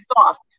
soft